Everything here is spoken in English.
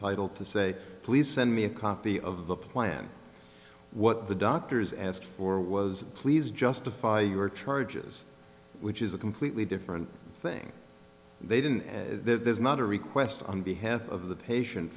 isn't to say please send me a copy of the plan what the doctors and or was pleased justify your charge is which is a completely different thing they didn't there's not a request on behalf of the patien